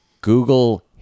Google